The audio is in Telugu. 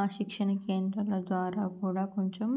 ఆ శిక్షణ కేంద్రాల ద్వారా కూడా కొంచెం